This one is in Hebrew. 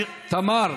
תמר.